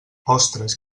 ostres